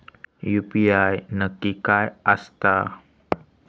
UPI नक्की काय आसता?